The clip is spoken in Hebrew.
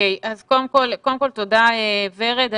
תודה ורד.